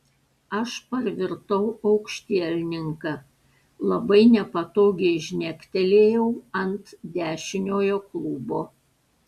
aš parvirtau aukštielninka labai nepatogiai žnektelėjau ant dešiniojo klubo